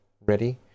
ready